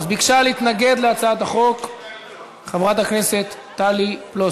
ביקשה להתנגד להצעת החוק חברת הכנסת טלי פלוסקוב.